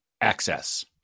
access